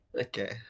Okay